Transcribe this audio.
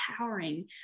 empowering